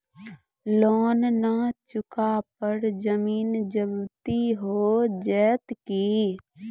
Loan न चुका पर जमीन जब्ती हो जैत की?